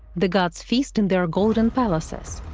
the gods feast in their golden palaces.